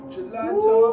Gelato